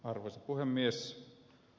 arvoisa puhemies